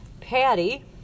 Patty